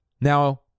Now